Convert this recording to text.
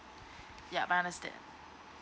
yup I understand